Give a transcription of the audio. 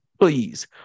Please